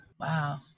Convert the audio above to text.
wow